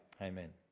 Amen